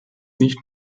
nicht